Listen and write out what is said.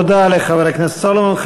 תודה לחבר הכנסת סולומון.